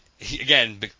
again